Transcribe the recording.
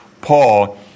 Paul